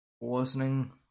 listening